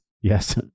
yes